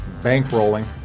bankrolling